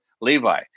Levi